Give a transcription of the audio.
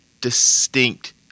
distinct